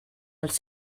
els